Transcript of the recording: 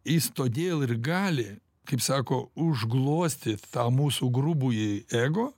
jis todėl ir gali kaip sako užglostyt tą mūsų grubųjį ego